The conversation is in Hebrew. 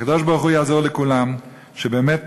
הקדוש-ברוך-הוא יעזור לכולם שבאמת